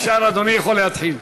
עכשיו אדוני יכול להתחיל.